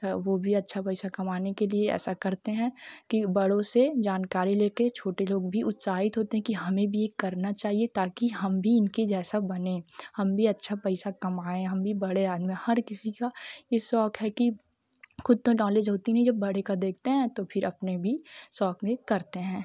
वह भी अच्छा पैसा कमाने के लिए ऐसा करते हैं कि बड़ों से जानकारी लेकर छोटे लोग भी उत्साहित होते हैं कि हमें भी यह करना चाहिए ताकि हम भी इनके जैसा बने हम भी अच्छा पैसा कमाएँ हम भी बड़े आदमी हर किसी का यह शौक़ है कि खुद तो नॉलेज होती नहीं जब बड़े का देखते हैं तो फ़िर अपने भी शौक़ भी करते हैं